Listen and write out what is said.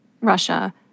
Russia